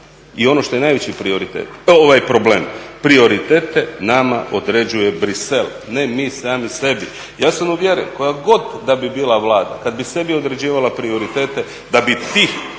I ono što je najveći problem, prioritete nama određuje Bruxelles, ne mi sami sebi. Ja sam uvjeren koja god da bi bila Vlada, kad bi sebi određivala prioritete da bi tih